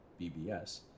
BBS